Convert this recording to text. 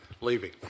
leaving